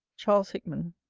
charles hickman.